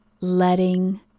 letting